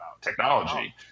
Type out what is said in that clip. technology